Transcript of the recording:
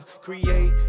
Create